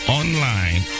online